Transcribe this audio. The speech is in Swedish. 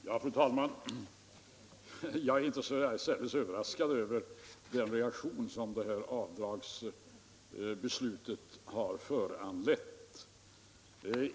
Fru talman! Jag är inte särskilt överraskad över den reaktion som det här avdragsbeslutet har föranlett.